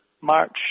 March